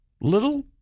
Little